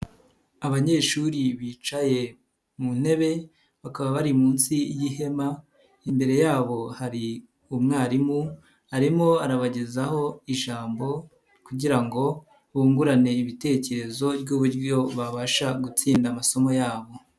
Abanyeshuri bicaye mu ntebe bakaba bari munsi y'ihema, imbere yabo hari umwarimu arimo arabagezaho ijambo kugira ngo bungurane ibitekerezo by'uburyo babasha gutsinda amasomo yabo.